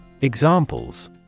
Examples